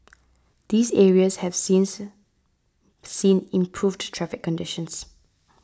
these areas have since seen improved traffic conditions